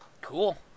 Cool